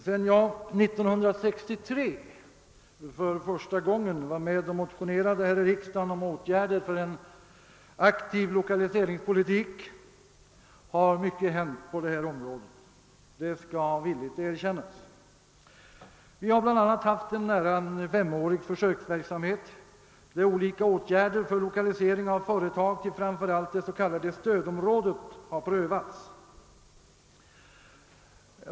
Sedan jag 1963 för första gången var med och motionerade här i riksdagen om åtgärder för en aktiv lokaliseringspolitik har mycket hänt på detta område -— det skall villigt erkännas. Vi har bl.a. haft en nära femårig försöksverksamhet, där olika åtgärder för lokalisering av företag till framför allt det s.k. stödområdet har prövats.